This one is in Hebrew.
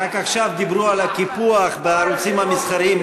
רק עכשיו דיברו על הקיפוח בערוצים המסחריים.